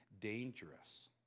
dangerous